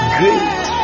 great